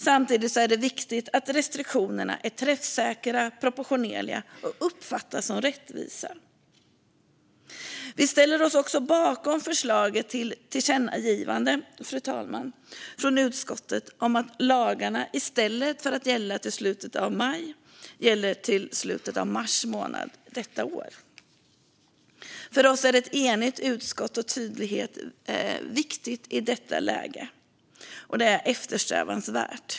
Samtidigt är det viktigt att restriktionerna är träffsäkra och proportionerliga och uppfattas som rättvisa. Fru talman! Vi ställer oss också bakom förslaget till tillkännagivande från utskottet om att lagarna i stället för att gälla till slutet av maj ska gälla till slutet av mars månad detta år. För oss är det i detta läge viktigt med ett enigt utskott och tydlighet. Det är eftersträvansvärt.